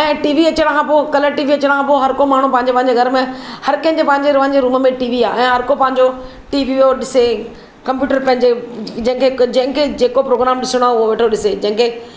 ऐं T V अचण खां पोइ कलर टी वी अचण खां पोइ हर को माण्हू पंहिंजे पंहिंजे घर में हर कंहिंजे पंहिंजे पंहिंजे रूम में टी वी आहे ऐं हर कोई पंहिंजो टी वी पियो ॾिसे कंप्यूटर पंहिंजे जंहिं खे जंहिं खे जेको प्रोग्राम ॾिसणो आहे उहो वेठो ॾिसे जंहिं खे